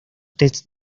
test